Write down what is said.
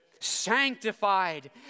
sanctified